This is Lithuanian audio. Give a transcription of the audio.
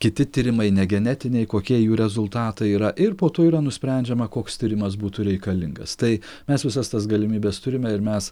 kiti tyrimai ne genetiniai kokie jų rezultatai yra ir po to yra nusprendžiama koks tyrimas būtų reikalingas tai mes visas tas galimybes turime ir mes